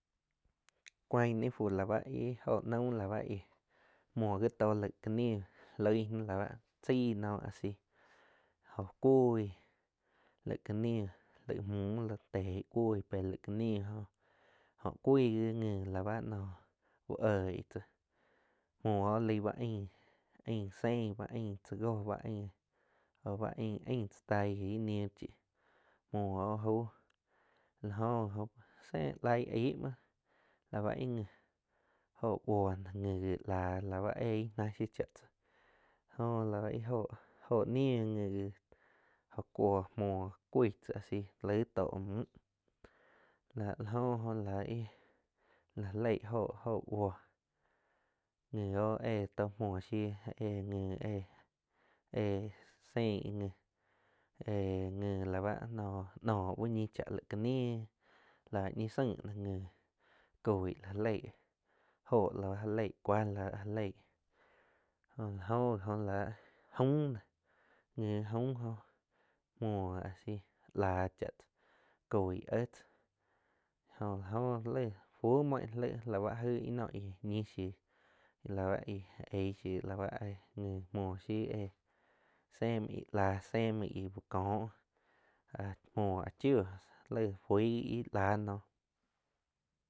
Cuain ni fu la bá ih jó naum la bá íh muoh gi to la ba ca ni loig na la ba chaí no a si jó cuig leh la ca ni lai mju tei cuih péh la ca ni, jó oh cuig gih ngi la bá noh uh oig tzá muo laig la ba aing, aing seih la bá tza gó ba aing au ba ain aing tza taig ih ni chih muoh oh jau la jo gi oh zein laig aig muoh la báh íh ngi jo buo noh ngi gi láh la báh éh in na shiu cha tzá joh la ba íh jóh oh ní nji gi o cuo muoh cuih tzá asi laig toóh muh la jo ih la jalei jo buoh nji oh éh toh muoh shiu eh nji eh sein ih nji he nji la bá noh no uh ñi chah ca ni lá ñi zaing nji coi la jalei óhoh la ba jalei cua la jalei jo la oh gi oh la aum noh nhi aum jóh muoh asi la cha tzá coih éh tzáh jo la jo leig fu muoi laig la ba ih no ih ñi shiu la bá ih eig la báh nji muo shiu éh. Se muoh ih láh se muo ih uh koh áh muoh áh chiuh laig fui gi ih láh noh.